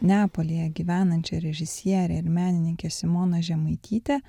neapolyje gyvenančią režisierę ir menininkę simoną žemaitytę